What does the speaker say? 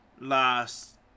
last